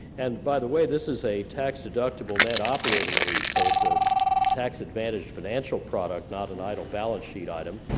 and by the way, this is a tax deductible net operating lease, so it's a tax advantage financial product not an idle balance sheet item,